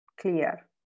clear